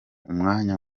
umwanya